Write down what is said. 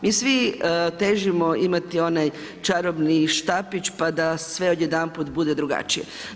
Mi svi težimo imati onaj čarobni štapić pa da sve odjedanput bude drugačije.